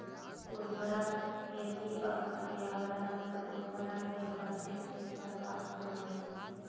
उर्वरक खेती और पर्यावरण पर उर्वरक के प्रतिकूल प्रभाव पड़ो हइ